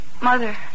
Mother